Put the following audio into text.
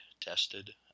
tested